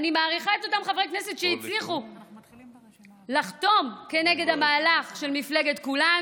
אני מעריכה את אותם חברי כנסת שהצליחו לחתום כנגד המהלך של החיבור